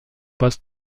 post